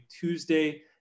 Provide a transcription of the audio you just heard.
Tuesday